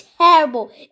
terrible